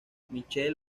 michelle